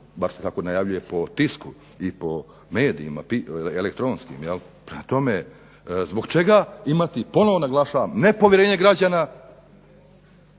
bar se tako najavljuje po tisku i po medijima elektronskim. Prema tome, zbog čega imati ponovno naglašavam nepovjerenje građana